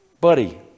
Buddy